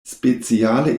speciale